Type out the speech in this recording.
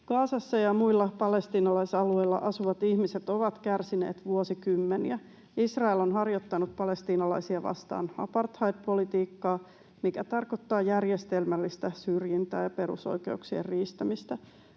Gazassa ja muilla palestiinalaisalueilla asuvat ihmiset ovat kärsineet vuosikymmeniä. Israel on harjoittanut palestiinalaisia vastaan apartheidpolitiikka, mikä tarkoittaa järjestelmällistä syrjintää ja perusoikeuksien riistämistä.